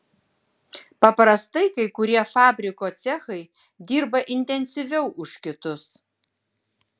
paprastai kai kurie fabriko cechai dirba intensyviau už kitus